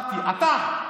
אמרתי, אתה,